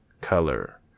color